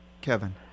kevin